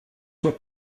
soit